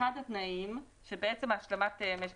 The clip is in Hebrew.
אחד התנאים הוא שבעצם השלמת העברת משק